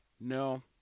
No